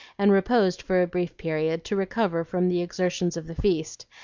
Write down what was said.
and reposed for a brief period to recover from the exertions of the feast,